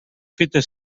fites